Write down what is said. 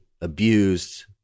abused